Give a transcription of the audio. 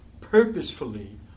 purposefully